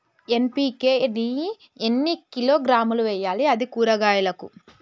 NPK ని ఎన్ని కిలోగ్రాములు వెయ్యాలి? అది కూరగాయలకు?